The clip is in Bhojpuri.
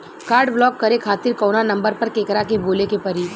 काड ब्लाक करे खातिर कवना नंबर पर केकरा के बोले के परी?